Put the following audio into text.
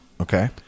Okay